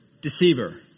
deceiver